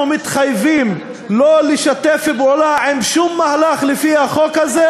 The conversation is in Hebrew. מתחייבים שלא לשתף פעולה בשום מהלך עם החוק הזה,